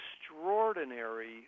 extraordinary